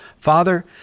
Father